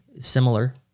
Similar